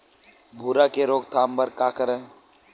भूरा के रोकथाम बर का करन?